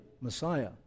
Messiah